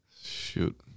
Shoot